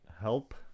help